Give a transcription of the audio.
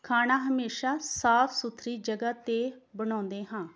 ਖਾਣਾ ਹਮੇਸ਼ਾ ਸਾਫ਼ ਸੁਥਰੀ ਜਗ੍ਹਾ 'ਤੇ ਬਣਾਉਂਦੇ ਹਾਂ